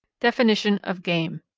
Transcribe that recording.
definition of game.